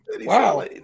wow